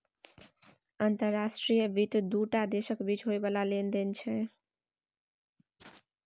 अंतर्राष्ट्रीय वित्त दू टा देशक बीच होइ बला लेन देन छै